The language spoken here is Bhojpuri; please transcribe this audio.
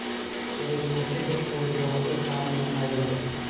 सूरजमुखी के फूल बहुते काम में आवेला